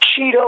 Cheeto